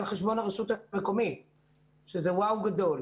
על חשבון הרשות המקומית שזה וואו גדול.